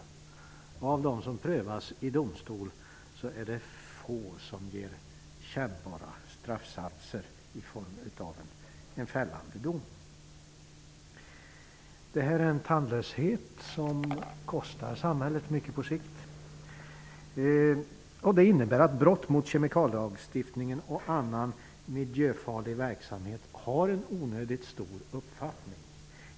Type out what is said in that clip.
Av dem som prövas i domstol är det få som genom en fällande dom leder till kännbara straff. Det här är en tandlöshet som på sikt kostar samhället mycket. Det innebär att brott mot kemikalielagstiftningen och annan miljöfarlig verksamhet har en onödigt stor omfattning.